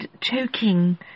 choking